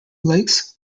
lakes